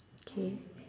K